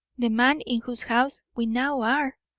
the man in whose house we now are,